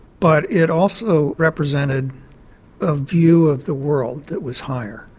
but it also represented a view of the world that was higher,